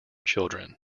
children